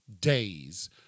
days